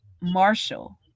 Marshall